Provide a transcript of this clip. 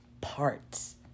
parts